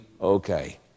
okay